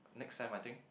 next time I think